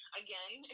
again